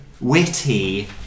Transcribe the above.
Witty